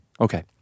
Okay